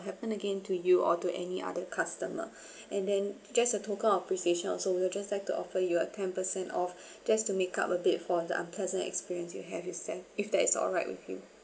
happen again to you or to any other customer and then just a token of appreciation also we will just like to offer you a ten percent off just to make up a bit for the unpleasant experience you have you said if that is alright with you